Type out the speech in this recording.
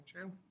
true